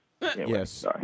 Yes